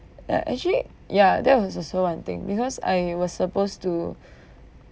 uh actually ya that was also one thing because I was supposed to